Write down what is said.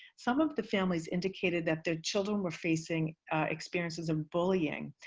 some of the families indicated that their children were facing experiences of bullying,